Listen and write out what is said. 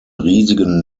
riesigen